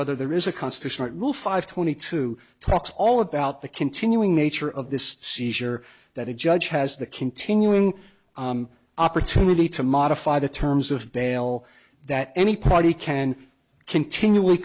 whether there is a constitutional rule five twenty two talks all about the continuing nature of this seizure that a judge has the continuing opportunity to modify the terms of bail that any party can continually